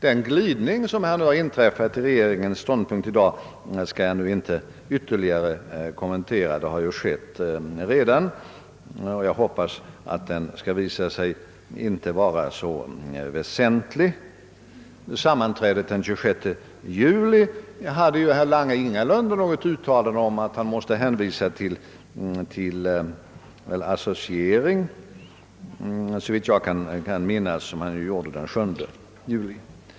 Den glidning i regeringens ståndpunkt som har inträffat i dag skall jag nu inte ytterligare kommentera — detta har ju redan gjorts — utan jag hoppas att den skall visa sig inte vara väsentlig. Vid sammanträdet den 26 juli hade herr Lange ingalunda något uttalande om att han måste hänvisa till associering, såvitt jag kan minnas, så som han gjorde den 7 juli.